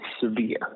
severe